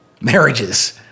marriages